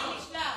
נשלח, נשלח.